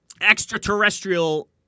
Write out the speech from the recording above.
extraterrestrial